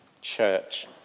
church